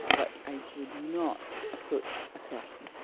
but i would not approach a person